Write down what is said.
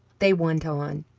they went on,